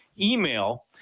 email